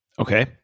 Okay